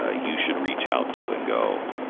ah you should reach out to and go,